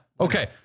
Okay